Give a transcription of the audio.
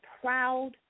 proud